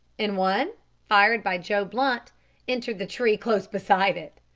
and one fired by joe blunt entered the tree close beside it.